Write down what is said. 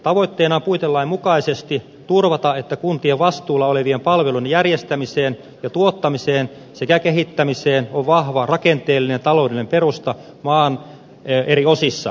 tavoitteena on puitelain mukaisesti turvata että kuntien vastuulla olevien palvelujen järjestämiseen ja tuottamiseen sekä kehittämiseen on vahva rakenteellinen ja taloudellinen perusta maan eri osissa